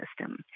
system